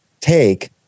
take